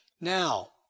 Now